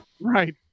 right